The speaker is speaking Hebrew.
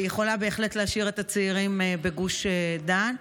והיא יכולה בהחלט להשאיר את הצעירים בגוש דן.